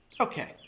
Okay